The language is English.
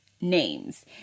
names